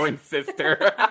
sister